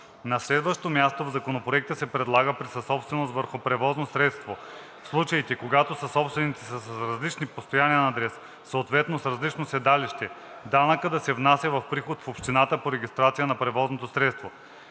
На следващо място, в Законопроекта се предлага при съсобственост върху превозно средство в случаите, когато съсобствениците са с различен постоянен адрес, съответно с различно седалище, данъкът да се внася в приход на общината по регистрацията на превозното средство.